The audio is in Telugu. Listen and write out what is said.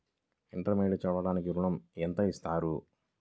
ఇంటర్మీడియట్ చదవడానికి ఋణం ఎంత ఇస్తారు?